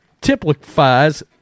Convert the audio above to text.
typifies